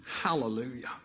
Hallelujah